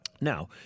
now